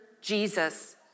Jesus